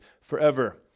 forever